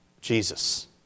Jesus